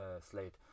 slate